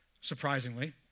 surprisingly